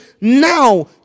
now